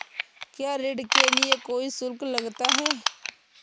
क्या ऋण के लिए कोई शुल्क लगता है?